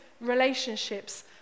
relationships